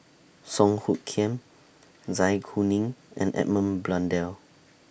Song Hoot Kiam Zai Kuning and Edmund Blundell